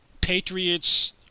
Patriots